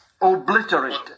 obliterated